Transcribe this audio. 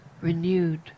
renewed